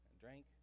drank